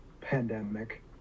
pandemic